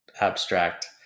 abstract